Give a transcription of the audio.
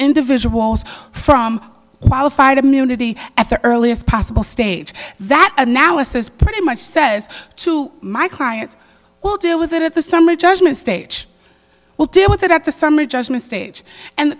individuals from qualified immunity at the earliest possible stage that analysis pretty much says to my clients will deal with it at the summary judgment stage will do with it at the summary judgment stage and the